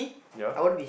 ya